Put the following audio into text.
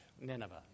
Nineveh